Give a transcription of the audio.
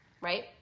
right